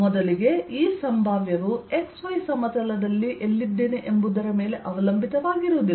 ಮೊದಲಿಗೆ ಈ ಸಂಭಾವ್ಯವು ನಾನು XY ಸಮತಲದಲ್ಲಿ ಎಲ್ಲಿದ್ದೇನೆ ಎಂಬುದರ ಮೇಲೆ ಅವಲಂಬಿತವಾಗಿರುವುದಿಲ್ಲ